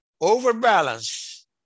overbalance